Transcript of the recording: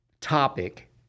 topic